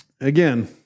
again